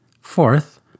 Fourth